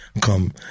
come